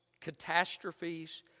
catastrophes